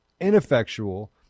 ineffectual